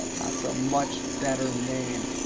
that's a much better name.